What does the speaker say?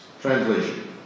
Translation